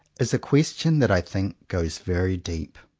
is a question that i think goes very deep.